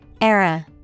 Era